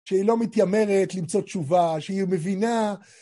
שהיא לא מתיימרת למצוא תשובה, שהיא מבינה...